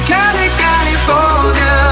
California